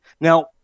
Now